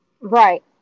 Right